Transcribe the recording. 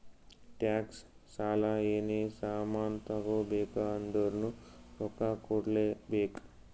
tax, ಸಾಲ, ಏನೇ ಸಾಮಾನ್ ತಗೋಬೇಕ ಅಂದುರ್ನು ರೊಕ್ಕಾ ಕೂಡ್ಲೇ ಬೇಕ್